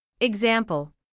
Example